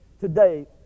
Today